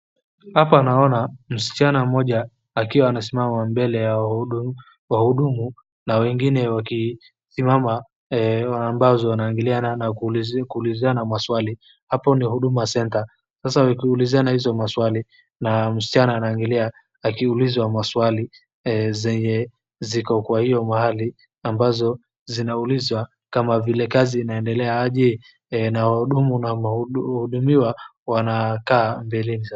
Hapa naona msichana mmoja akiwa anasimama mbele ya wahudu wahudumu na wengine wakisimama ambazo wanaangaliana na kuulizana maswali hapo ndio huduma center sasa wakiulizana hizo maswali na msichana anaangalia akiulizwa maswali zenye ziko Kwa hiyo mahali ambazo zinaulizwa kama vile kazi zinaendelea aje? Na wahudumu na wahudumiwa wanakaa.